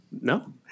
No